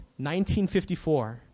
1954